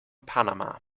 panama